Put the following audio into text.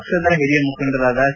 ಪಕ್ಷದ ಹಿರಿಯ ಮುಖಂಡರಾದ ಸಿ